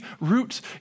roots